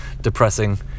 depressing